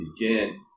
begin